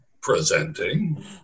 Presenting